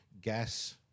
Gas